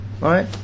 right